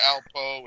Alpo